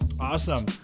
Awesome